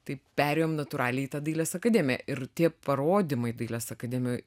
tai perėjom natūraliai į tą dailės akademiją ir tie parodymai dailės akademijoj